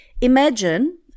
Imagine